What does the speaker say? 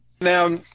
Now